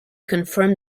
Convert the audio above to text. confirm